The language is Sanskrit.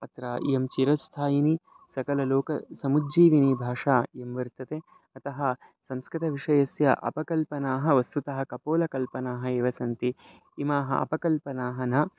अत्र इयं चिरस्थायिनी सकललोकसमुज्जिविनी भाषा इयं वर्तते अतः संस्कृतविषयस्य अपकल्पनाः वस्तुतः कपोलकल्पनाः एव सन्ति इमाः अपकल्पनाः न